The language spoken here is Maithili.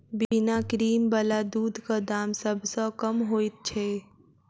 बिना क्रीम बला दूधक दाम सभ सॅ कम होइत छै